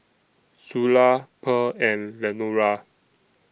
Zula Pearl and Lenora